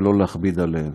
ולא להכביד עליהם.